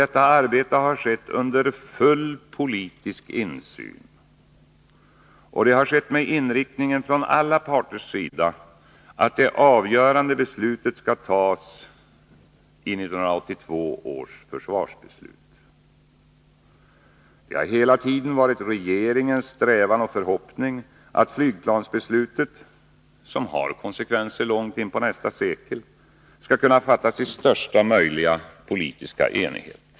Detta arbete har skett under full politisk insyn och med inriktningen från alla parters sida att det avgörande beslutet skall tas i 1982 års försvarsbeslut. Det har hela tiden varit regeringens strävan och förhoppning att flygplansbeslutet, som får konsekvenser långt in i nästa sekel, skall kunna fattas i största möjliga politiska enighet.